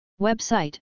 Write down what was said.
Website